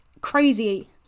crazy